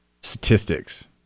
statistics